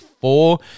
four